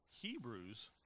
Hebrews